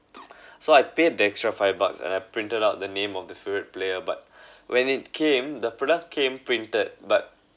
so I paid the extra five bucks and I printed out the name of the favourite player but when it came the product came printed but